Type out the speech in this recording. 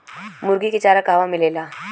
मुर्गी के चारा कहवा मिलेला?